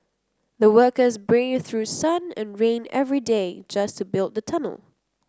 the workers braved through sun and rain every day just to build the tunnel